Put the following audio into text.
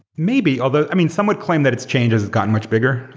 maybe, although i mean, some would claim that its changes has gotten much bigger.